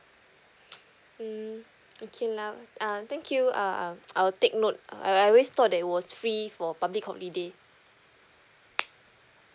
mm okay lah uh thank you uh I'll I'll take note uh I always thought that it was free for public holiday